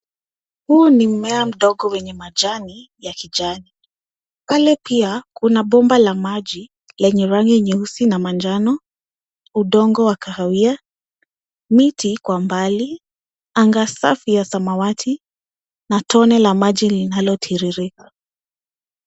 Huu ni mmea mdogo wenye majani ya kijani. Pale pia kuna bomba la maji, lenye rangi nyeusi na manjano, udongo wa kahawia, miti kwa mbali , anga safi ya samawati, na tone la maji linalotiririka.